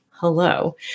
hello